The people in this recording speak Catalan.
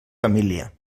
família